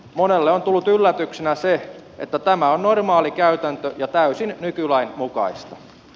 monelle on tullut yllätyksenä se että tämä on normaali käytäntö ja täysin nykylain mukaista